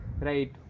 right